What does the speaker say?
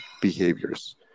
behaviors